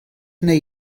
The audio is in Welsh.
wnei